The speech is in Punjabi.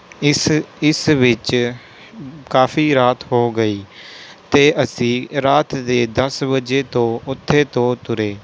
ਇਸ ਇਸ ਵਿਚ ਕਾਫ਼ੀ ਰਾਤ ਹੋ ਗਈ ਅਤੇ ਅਸੀਂ ਰਾਤ ਦੇ ਦਸ ਵਜੇ ਤੋਂ ਉੱਥੇ ਤੋਂ ਤੁਰੇ